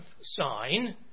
sign